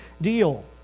deal